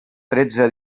tretze